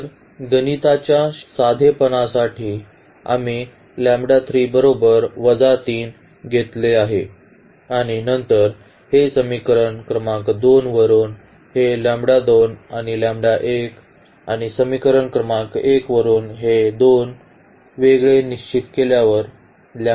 तर गणिताच्या साधेपणासाठी आम्ही घेतले आहे आणि नंतर हे समीकरण क्रमांक 2 वरून हे आणि आणि समीकरण क्रमांक 1 वरून हे 2 वेगळे निश्चित केल्यावर मिळेल